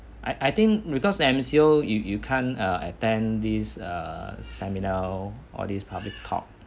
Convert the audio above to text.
I I think because the M_C_O you you you can't err attend these err some seminar all these public talk